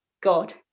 God